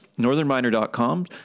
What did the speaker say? northernminer.com